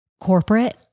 corporate